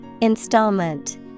Installment